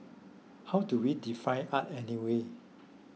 how do we define art anyway